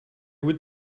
would